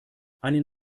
einen